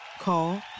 Call